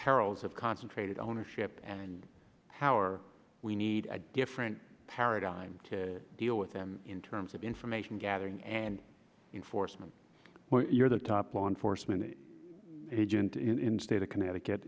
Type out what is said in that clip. perils of concentrated ownership and power we need a different paradigm to deal with them in terms of information gathering and enforcement when you're the top law enforcement agent in the state of connecticut